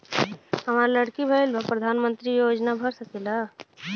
हमार लड़की भईल बा प्रधानमंत्री योजना भर सकीला?